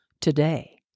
today